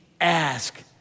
ask